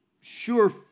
sure